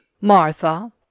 Martha